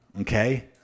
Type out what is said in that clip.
Okay